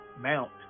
mount